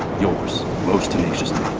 yours most tenaciously,